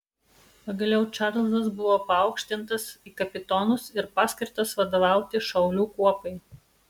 pagaliau čarlzas buvo paaukštintas į kapitonus ir paskirtas vadovauti šaulių kuopai